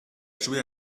joué